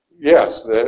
Yes